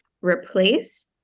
replace